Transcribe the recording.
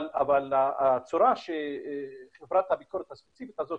אבל הצורה שחברת הביקורת הספציפית הזאת